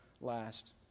last